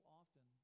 often